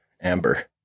Amber